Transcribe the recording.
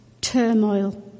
turmoil